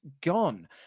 gone